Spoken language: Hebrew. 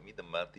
תמיד אמרתי